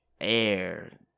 air